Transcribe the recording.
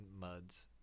Muds